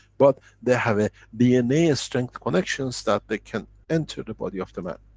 but they have a dna strength connections that they can enter the body of the man.